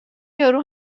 یارو